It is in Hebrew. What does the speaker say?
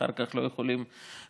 אחר כך לא יכולים להוציא.